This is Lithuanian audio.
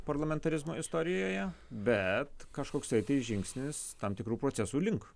parlamentarizmo istorijoje bet kažkoksai tai žingsnis tam tikrų procesų link